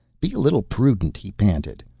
be a little prudent, he panted.